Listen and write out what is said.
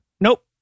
Nope